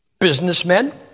Businessmen